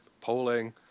polling